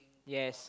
yes